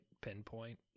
pinpoint